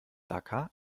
dhaka